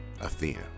Athena